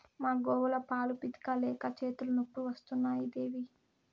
మా గోవుల పాలు పితిక లేక చేతులు నొప్పులు వస్తున్నాయి దేవీ